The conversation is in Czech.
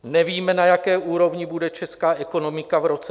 Nevíme, na jaké úrovni bude česká ekonomika v roce 2025.